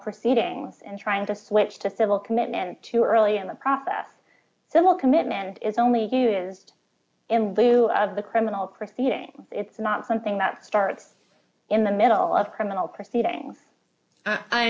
proceedings and trying to switch to civil commitment too early in the process so the commitment is only who is in lieu of the criminal proceeding it's not something that starts in the middle of criminal proceedings